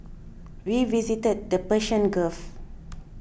we visited the Persian Gulf